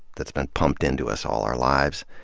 that's been pumped into us all our lives,